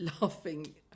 laughing